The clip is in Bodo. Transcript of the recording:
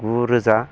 गुरोजा